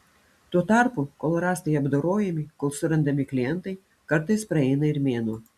tuo tarpu kol rąstai apdorojami kol surandami klientai kartais praeina ir mėnuo